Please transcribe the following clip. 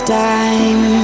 time